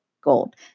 gold